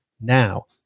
now